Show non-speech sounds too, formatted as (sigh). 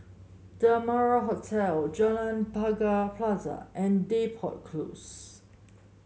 The Amara Hotel (unintelligible) Pagar Plaza and Depot Close